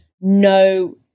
no